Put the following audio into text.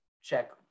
check